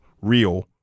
real